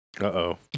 Uh-oh